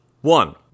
One